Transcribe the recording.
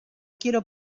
quiero